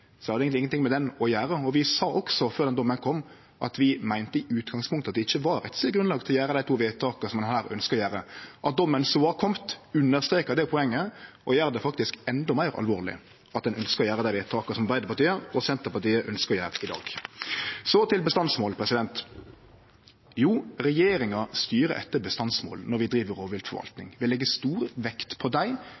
så det hadde ingenting med den å gjere. Vi sa også før domen kom, at vi meinte det i utgangspunktet ikkje var rettsleg grunnlag for å gjere dei to vedtaka som ein her ønskjer å gjere. At domen så har kome, understrekar det poenget, og gjer det faktisk endå meir alvorleg at ein ønskjer å gjere det vedtaket som Arbeidarpartiet og Senterpartiet ønskjer å gjere i dag. Så til bestandsmål. Jo, regjeringa styrer etter bestandsmål når vi driv